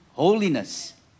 Holiness